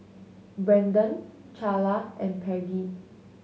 Brenden Charla and Peggy